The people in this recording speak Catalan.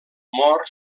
mor